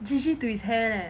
to his hair